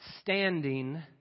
standing